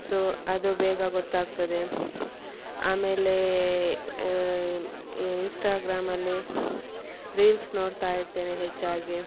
so ಅದು ಬೇಗ ಗೊತಾಗ್ತದೆ ಆಮೇಲೆ ಇನ್ಸ್ಟಾಗ್ರಾಮಲ್ಲಿ ರೀಲ್ಸ್ ನೋಡ್ತಾ ಇರ್ತೇನೆ ಹೆಚ್ಚಾಗಿ